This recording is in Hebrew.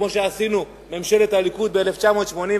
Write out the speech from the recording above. כמו שעשתה ממשלת הליכוד ב-1981.